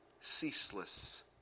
ceaseless